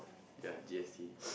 ya G_S_T